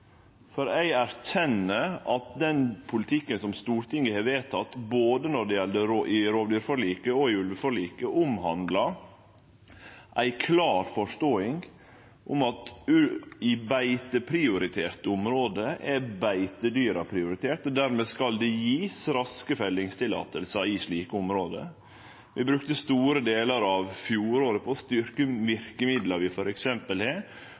diskusjonen. Eg erkjenner at den politikken som Stortinget har vedteke, i både rovdyrforliket og ulveforliket, handlar om ei klar forståing av at i beiteprioriterte område er beitedyra prioriterte, og dermed skal det verte gjeve raske fellingstillatingar i slike område. Vi brukte store delar av fjoråret på å styrkje verkemidla vi har